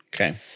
Okay